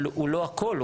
אבל הוא לא הכל.